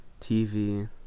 TV